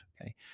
Okay